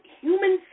human